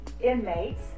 inmates